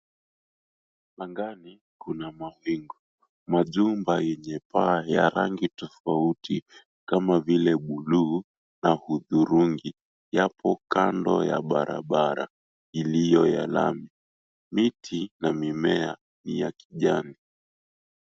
Angani, kuna mawingu. Majumba yenye paa ya rangi tofauti kama vile buluu na hudhurungi, yapo kando ya barabara iliyo ya lami. Miti na mimea ya kijani.